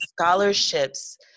scholarships